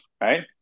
right